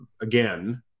Again